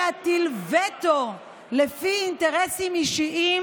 אחד נהרג ואחד נפצע.